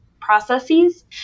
processes